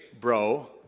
bro